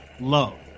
love